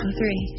three